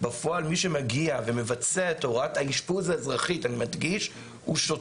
בפועל מי שמגיע ומבצע את הוראת האשפוז האזרחית הוא שוטר,